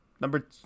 Number